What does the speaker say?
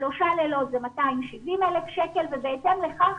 שלושה לילות זה 270,000 שקל ובהתאם לכך